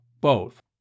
both